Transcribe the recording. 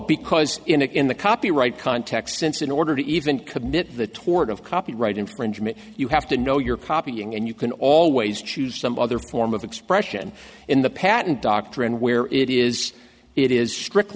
because in the copyright context since in order to even commit the toward of copyright infringement you have to know your copying and you can always choose some other form of expression in the patent doctrine where it is it is strict